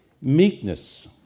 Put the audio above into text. meekness